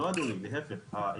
לא אדוני, להיפך.